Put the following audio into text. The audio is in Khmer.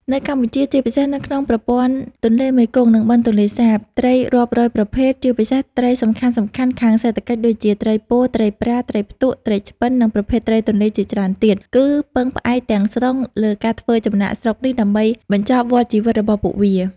នៅកម្ពុជា ជាពិសេសនៅក្នុងប្រព័ន្ធទន្លេមេគង្គ និងបឹងទន្លេសាប ត្រីរាប់រយប្រភេទ ជាពិសេសត្រីសំខាន់ៗខាងសេដ្ឋកិច្ចដូចជា ត្រីពោ ត្រីប្រា ត្រីផ្ទក់ ត្រីឆ្ពិន និងប្រភេទត្រីទន្លេជាច្រើនទៀត គឺពឹងផ្អែកទាំងស្រុងលើការធ្វើចំណាកស្រុកនេះដើម្បីបញ្ចប់វដ្តជីវិតរបស់ពួកវា។